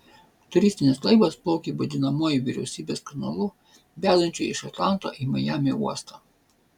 turistinis laivas plaukė vadinamuoju vyriausybės kanalu vedančiu iš atlanto į majamio uostą